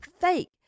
fake